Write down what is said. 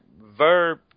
Verb